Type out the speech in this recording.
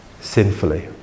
sinfully